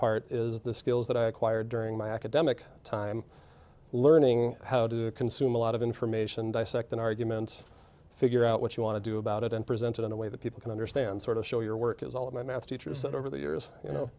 part is the skills that i acquired during my academic time learning how to consume a lot of information dissecting arguments figure out what you want to do about it and presented in a way that people can understand sort of show your work as all of my math teacher said over the years you